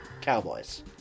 cowboys